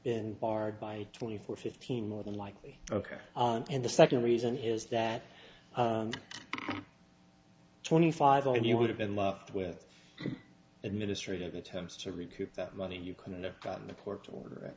been barred by twenty four fifteen more than likely ok and the second reason is that twenty five zero and you would have been left with administrative attempts to recoup that money and you couldn't have gotten the court or